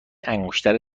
انگشتر